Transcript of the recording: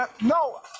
No